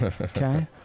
okay